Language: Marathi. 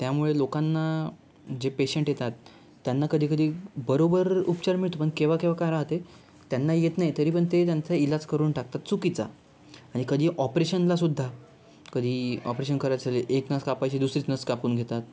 तर त्यामुळे लोकांना जे पेशंट येतात त्यांना कधी कधी बरोबर उपचार मिळतो पण केव्हा केव्हा काय राहते त्यांनाही येत नाही तरी पण ते त्यांचा इलाज करून टाकतात चुकीचा आणि कधी ऑपरेशनला सुद्धा कधी ऑपरेशन करायचले एक नस कापायची दुसरीच नस कापून घेतात